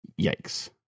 yikes